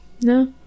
No